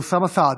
אוסאמה סעדי,